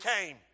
came